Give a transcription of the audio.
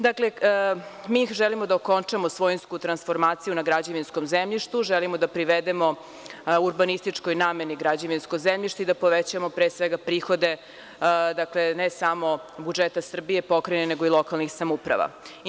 Dakle, mi želimo da okončamo svojinsku transformaciju na građevinskom zemljištu, želimo da privedemo urbanističkoj nameni građevinsko zemljište i da povećamo, pre svega, prihode, dakle, ne samo budžeta Srbije, pokrajine, nego i lokalnih samouprava.